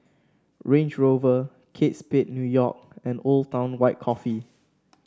Range Rover Kate Spade New York and Old Town White Coffee